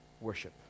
worship